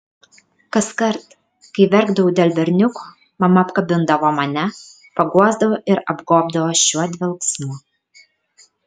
kaskart kai verkdavau dėl berniuko mama apkabindavo mane paguosdavo ir apgobdavo šiuo dvelksmu